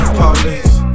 police